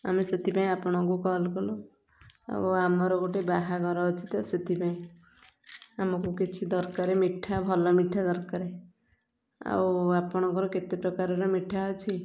ଆମେ ସେଥିପାଇଁ ଆପଣଙ୍କୁ କଲ କଲୁ ଆଉ ଆମର ଗୋଟେ ବାହାଘର ଅଛି ତ ସେଥିପାଇଁ ଆମକୁ କିଛି ଦରକାର ମିଠା ଭଲ ମିଠା ଦରକାରେ ଆଉ ଆପଣଙ୍କର କେତେ ପ୍ରକାରର ମିଠା ଅଛି